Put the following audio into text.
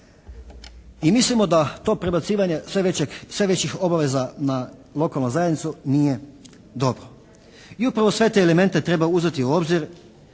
I mislimo da to prebacivanje sve većeg, sve većih obaveza na lokalnu zajednicu nije dobro. I upravo sve te elemente treba uzeti u obzir